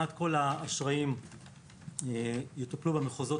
כמעט כל מסגרות האשראי תטופלנה במחוזות